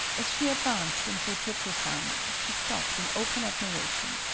as she advanced and saw cho-cho-san, she stopped in open admiration.